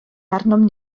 arnom